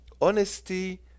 honesty